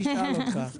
מי שאל אותך?